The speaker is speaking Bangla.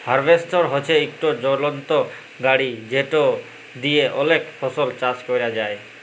হার্ভেস্টর হছে ইকট যলত্র গাড়ি যেট দিঁয়ে অলেক ফসল চাষ ক্যরা যায়